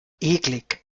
eklig